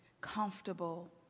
comfortable